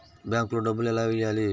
బ్యాంక్లో డబ్బులు ఎలా వెయ్యాలి?